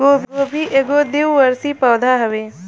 गोभी एगो द्विवर्षी पौधा हवे